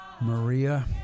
Maria